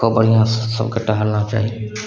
तऽ बढ़िआँसँ सभके टहलना चाही